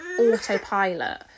autopilot